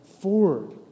forward